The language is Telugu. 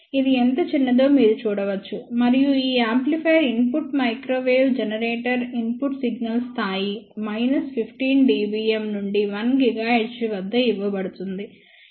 ఇది ఎంత చిన్నదో మీరు చూడవచ్చు మరియు ఈ amplifier input microwave generator input signal స్థాయి మైనస్ 15 dBm నుండి 1 GHz వద్ద ఇవ్వబడుతుంది